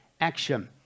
action